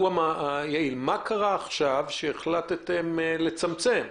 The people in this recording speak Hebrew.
מה קרה עכשיו שהחלטתם לצמצם.